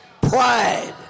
Pride